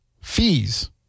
fees